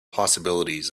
possibilities